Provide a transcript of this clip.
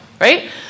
right